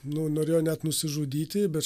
nu norėjo net nusižudyti bet